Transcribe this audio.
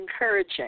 encouraging